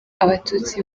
abatutsi